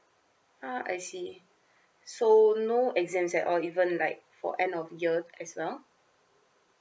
ah I see so no exams at all even like for end of year as well